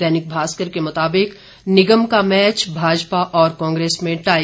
दैनिक भास्कर के मुताबिक निगम का मैच भाजपा और कांग्रेस में टाई